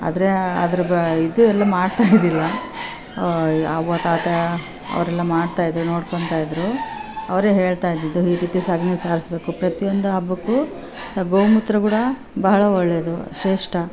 ಆದ್ರೆ ಅದ್ರ ಬ ಇದೆಲ್ಲ ಮಾಡ್ತಾ ಇದ್ದಿಲ್ಲ ಅವ್ವ ತಾತ ಅವರೆಲ್ಲ ಮಾಡ್ತಾ ಇದ್ರು ನೋಡ್ಕೋಳ್ತ ಇದ್ರು ಅವ್ರೇ ಹೇಳ್ತಾ ಇದ್ದಿದ್ದು ಈ ರೀತಿ ಸೆಗ್ಣಿ ಸಾರಿಸ್ಬೇಕು ಪ್ರತಿಯೊಂದು ಹಬ್ಬಕ್ಕೂ ಗೋ ಮೂತ್ರ ಕೂಡ ಬಹಳ ಒಳ್ಳೆಯದು ಶ್ರೇಷ್ಠ